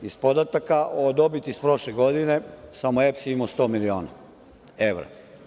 Iz podataka o dobiti prošle godine samo EPS je imao 100 miliona evra.